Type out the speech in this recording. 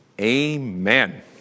Amen